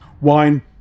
Wine